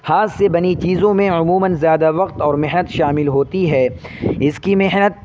ہاتھ سے بنی چیزوں میں عموماً زیادہ وقت اور محنت شامل ہوتی ہے اس کی محنت